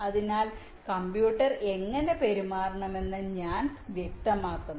അതിനാൽ കമ്പ്യൂട്ടർ എങ്ങനെ പെരുമാറണമെന്ന് ഞാൻ വ്യക്തമാക്കുന്നു